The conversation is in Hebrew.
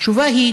התשובה היא,